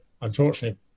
unfortunately